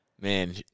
Man